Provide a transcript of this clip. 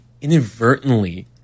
inadvertently